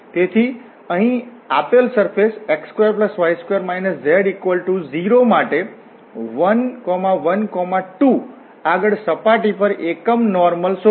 તેથી અહીં આપેલ સરફેશ x2y2 z0 માટે 1 1 2 આગળ સપાટી પર એકમ નોર્મલ શોધો